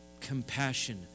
compassion